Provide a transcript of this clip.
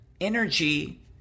energy